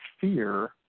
fear